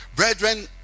Brethren